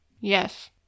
Yes